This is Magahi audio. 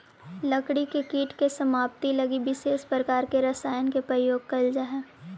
लकड़ी के कीट के समाप्ति लगी विशेष प्रकार के रसायन के प्रयोग कैल जा हइ